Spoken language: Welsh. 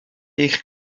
eich